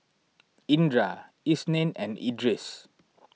Indra Isnin and Idris